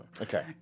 Okay